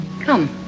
Come